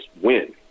win